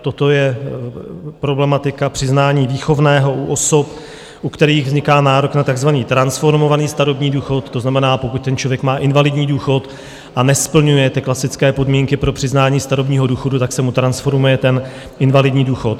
Toto je problematika přiznání výchovného u osob, u kterých vzniká nárok na takzvaný transformovaný starobní důchod, to znamená, pokud ten člověk má invalidní důchod a nesplňuje klasické podmínky pro přiznání starobního důchodu, tak se mu transformuje ten invalidní důchod.